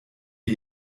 wie